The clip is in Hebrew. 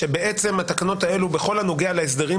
שבעצם התקנות האלו בכל הנוגע להסדרים